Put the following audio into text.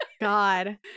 God